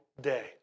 day